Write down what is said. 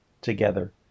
together